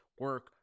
Work